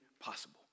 possible